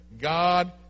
God